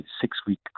six-week